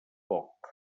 poc